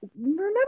remember